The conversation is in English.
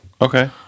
Okay